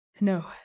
No